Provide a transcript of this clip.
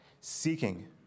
seeking